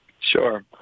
Sure